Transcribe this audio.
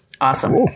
awesome